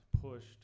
pushed